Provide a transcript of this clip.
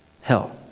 Hell